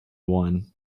one